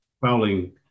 fouling